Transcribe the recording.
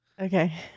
Okay